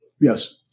Yes